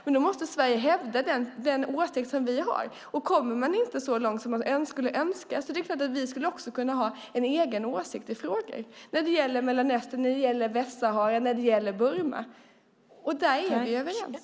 Men då måste Sverige hävda den åsikt vi har, och kommer man inte så långt som man skulle önska skulle vi också kunna ha en egen åsikt i frågor, till exempel när det gäller Mellanöstern, Västsahara eller Burma. Där är vi överens.